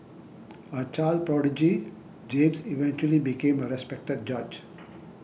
a child prodigy James eventually became a respected judge